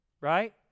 Right